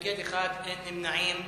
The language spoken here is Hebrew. מתנגד אחד, אין נמנעים.